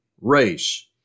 race